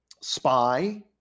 spy